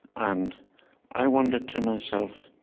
and i wondered to myself,